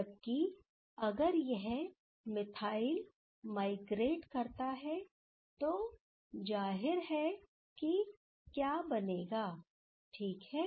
जबकि अगर यह मिथाइल माइग्रेट करता है तो जाहिर है कि क्या बनेगा ठीक है